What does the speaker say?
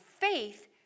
faith